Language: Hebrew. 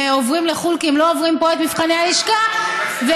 עוברים לחו"ל כי הם לא עוברים פה את מבחני הלשכה והם